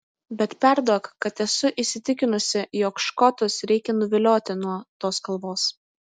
bet perduok kad esu įsitikinusi jog škotus reikia nuvilioti nuo tos kalvos